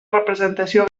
representació